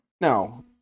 No